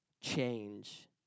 change